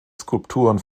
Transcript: skulpturen